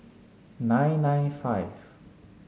nine nine five